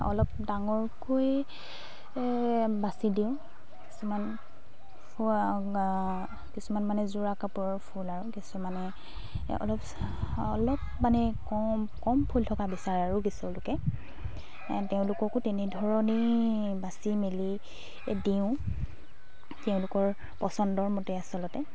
অলপ ডাঙৰকৈ বাচি দিওঁ কিছুমান কিছুমান মানে যোৰা কাপোৰৰ ফুল আৰু কিছুমানে অলপ অলপ মানে কম কম ফুল থকা বিচাৰে আৰু কিছু লোকে তেওঁলোককো তেনেধৰণেই বাচি মেলি দিওঁ তেওঁলোকৰ পচন্দৰ মতে আচলতে